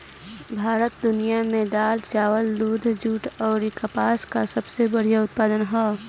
भारत दुनिया में दाल चावल दूध जूट आउर कपास का सबसे बड़ा उत्पादक ह